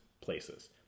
places